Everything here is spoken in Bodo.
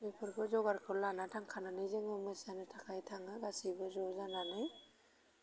बेफोरखौ जगारखौ लाना थांखानानै जोङो मोसानो थाखाय थाङो गासैबो ज' जानानै